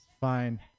fine